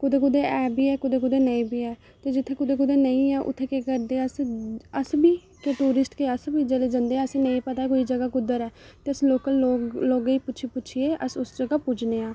कुदै कुदै है बी है कुदै कुदै नेईं बी है जित्थै कुतै कुतै नेईं ऐ उत्थै केह् करदे अस टूरिस्ट के अस बी जेहलै जंदे ना असें गी बी नेईं पता एह् जगह कुद्धर ऐ फिर अस लोकल लोकें गी पुच्छी पुच्छी ऐ अस उस जगह पुज्जने आं